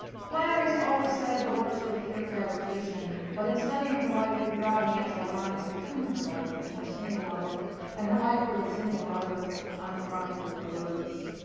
flannery's always said her works were pure fabrication, but in studying her life, we draw natural lines between her life and her single mother and her life with her single mother on a farm full of birds.